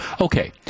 Okay